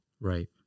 Right